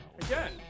Again